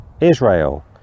israel